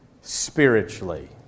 spiritually